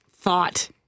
thought